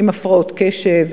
עם הפרעות קשב?